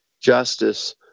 justice